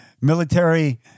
military